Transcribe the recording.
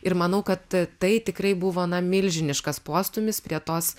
ir manau kad tai tikrai buvo na milžiniškas postūmis prie tos